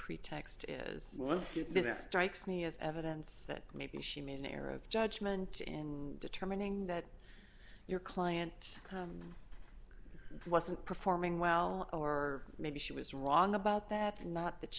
pretext is it strikes me as evidence that maybe she made an error of judgment in determining that your client it wasn't performing well or maybe she was wrong about that lot that